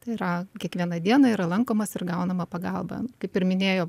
tai yra kiekvieną dieną yra lankomas ir gaunama pagalba kaip ir minėjo